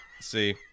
see